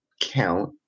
count